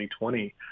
2020